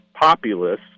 populists